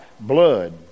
Blood